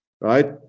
right